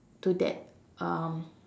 to that um